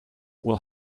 will